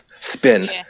Spin